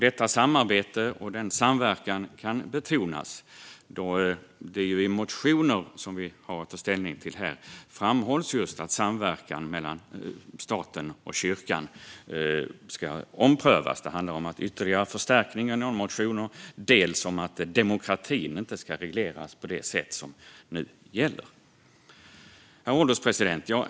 Detta samarbete och den samverkan kan betonas då det i motioner som vi här har att ta ställning till framhålls just att samverkan mellan staten och kyrkan ska omprövas. Det handlar i en del motioner om ytterligare förstärkningar och om att demokratin inte ska regleras på det sätt som nu gäller. Herr ålderspresident!